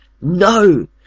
No